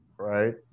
Right